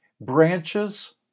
branches